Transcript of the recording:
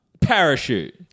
Parachute